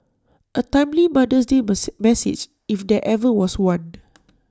A timely mother's day mercy message if there ever was one